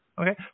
Okay